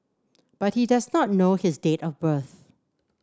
but he does not know his date of birth